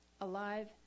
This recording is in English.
Alive